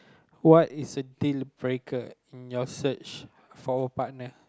what is a deal breaker in your search for a partner